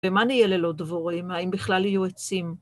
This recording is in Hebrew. ‫ומה נהיה ללא דבורים? ‫האם בכלל יהיו עצים?